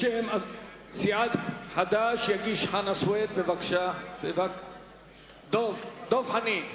בשם סיעת חד"ש יגיש חבר הכנסת דב חנין,